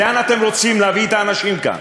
לאן אתם רוצים להביא את האנשים כאן?